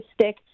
stick